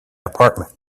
apartment